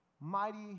Mighty